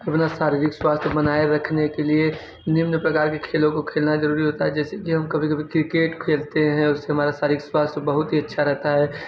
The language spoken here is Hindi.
अपना शारीरिक स्वास्थय बनाए रखने के लिए निम्न प्रकार के खेलों को खेलना ज़रूरी होता है जैसे कि हम कभी कभी क्रिकेट खेलते हैं और उससे हमारा शारीरिक स्वास्थय बहुत ही अच्छा रहता है